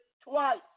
twice